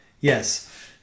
Yes